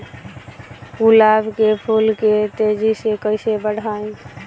गुलाब के फूल के तेजी से कइसे बढ़ाई?